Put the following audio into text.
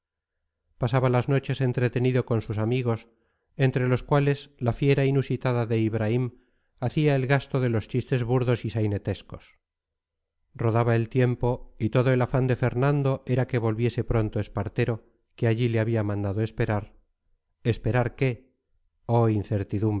pasaba las noches entretenido con sus amigos entre los cuales la fiera inusitada de ibraim hacía el gasto de los chistes burdos y sainetescos rodaba el tiempo y todo el afán de fernando era que volviese pronto espartero que allí le había mandado esperar esperar qué oh incertidumbre